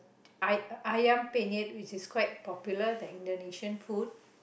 Ay~ Ayam-Penyet which is quite popular that Indonesian food